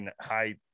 high